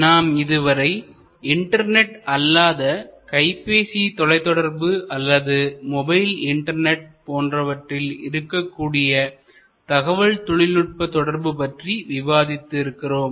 நாம் இதுவரை இன்டர்நெட் அல்லாத கைப்பேசி தொலைத்தொடர்பு அல்லது மொபைல் இன்டர்நெட் போன்றவற்றில் இருக்கக்கூடிய தகவல் தொழில்நுட்ப தொடர்பு பற்றி விவாதித்து இருக்கிறோம்